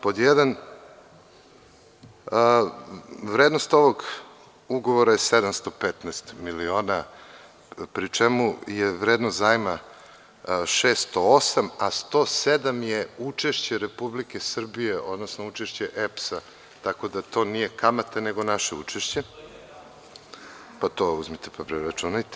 Pod jedan, vrednost ovog ugovora je 715 miliona pri čemu je vrednost zajma 608, a 107 je učešće Republike Srbije, odnosno učešće EPS-a tako da to nije kamata nego naše učešće. (Janko Veselinović, s mesta: Kolika je kamata?) Pa to uzmite pa preračunajte.